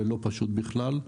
ולא פשוט בכלל.